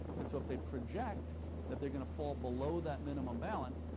and so if they project that they're going to fall below that minimum balance,